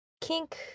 kink